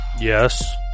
Yes